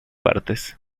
partes